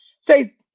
say